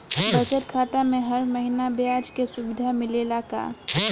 बचत खाता में हर महिना ब्याज के सुविधा मिलेला का?